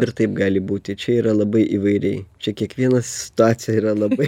ir taip gali būti čia yra labai įvairiai čia kiekviena situacija yra labai